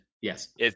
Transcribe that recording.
Yes